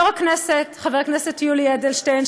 יו"ר הכנסת חבר הכנסת יולי אדלשטיין,